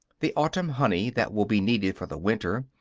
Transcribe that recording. the autumn honey, that will be needed for the winter,